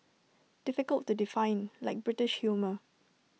difficult to define like British humour